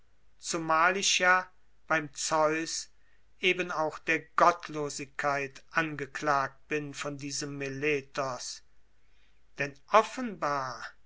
zumal ich ja beim zeus eben auch der gottlosigkeit angeklagt bin von diesem meletos denn offenbar